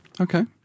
Okay